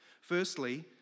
Firstly